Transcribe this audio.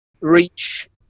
reach